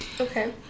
Okay